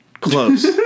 Close